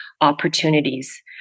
opportunities